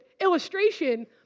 illustration